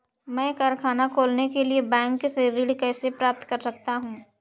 मैं कारखाना खोलने के लिए बैंक से ऋण कैसे प्राप्त कर सकता हूँ?